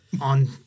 on